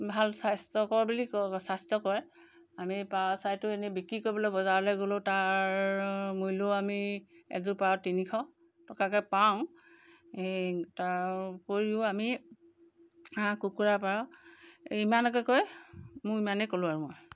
ভাল স্বাস্থ্যকৰ বুলি কয় স্বাস্থ্যকৰেই আমি পাৰ চৰাইটো এনেই বিক্ৰী কৰিবলৈ বজাৰলৈ গ'লেও তাৰ মূল্যও আমি এযোৰ পাৰত তিনিশ টকাকৈ পাওঁ এই তাৰ উপৰিও আমি হাঁহ কুকুৰা পাৰ এই ইমানকৈ কৈ মোৰ ইমানেই ক'লোঁ আৰু মই